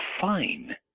fine